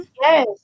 Yes